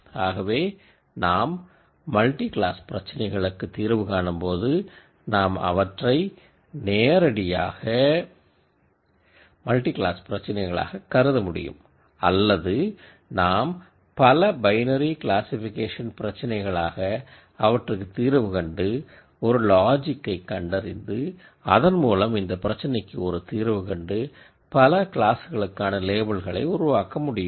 ஆகவே நாம் multi class பிரச்சினைகளுக்கு தீர்வு காணும்போது நாம் அவற்றை நேரடியாக மல்டி கிளாஸ் பிரச்சினைகளாக கருதமுடியும் அல்லது நாம் பல பைனரி கிளாசிஃபிகேஷன் பிரச்சினைகளாக அவற்றுக்கு தீர்வு கண்டு ஒரு ஒரு லாஜிக்கை கண்டறிந்து அதன் மூலம் இந்த பிரச்சினைக்கு ஒரு தீர்வு கண்டு பல கிளாஸ்களுக்கான லேபில்களை உருவாக்க முடியும்